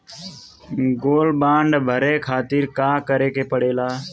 Gold bond भरे खातिर का करेके पड़ेला?